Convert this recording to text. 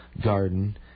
garden